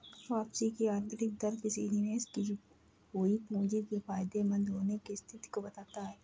वापसी की आंतरिक दर किसी निवेश की हुई पूंजी के फायदेमंद होने की स्थिति को बताता है